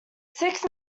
six